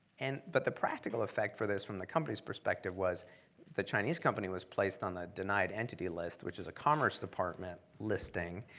and but the practical effect for this from the company's perspective was the chinese company was placed on a denied entity list, which is a commerce department listing,